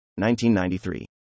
1993